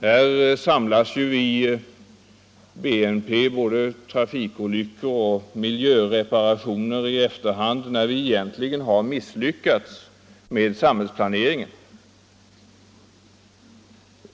I BNP invägs både sjukvårdskostnader på grund av trafikolyckor och miljöreparationer i efterhand, trots att sådana företeelser egentligen är uttryck för att vi har misslyckats med samhällsplaneringen.